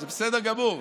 זה בסדר גמור.